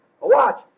watch